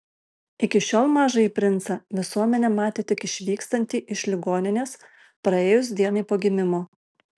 iki šiol mažąjį princą visuomenė matė tik išvykstantį iš ligoninės praėjus dienai po gimimo